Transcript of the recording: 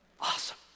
awesome